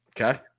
Okay